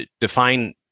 define